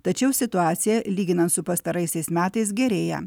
tačiau situacija lyginant su pastaraisiais metais gerėja